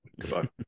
Goodbye